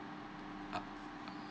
uh